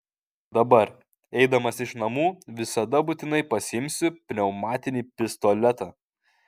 dabar eidamas iš namų visada būtinai pasiimsiu pneumatinį pistoletą